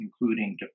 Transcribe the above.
including